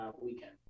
weekend